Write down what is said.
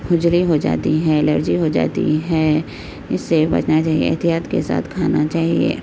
کھجلی ہو جاتی ہے الرجی ہو جاتی ہے اس سے بچنا چاہیے احتیاط کے ساتھ کھانا چاہیے